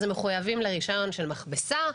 הם מחויבים לרישיון של מכבסה.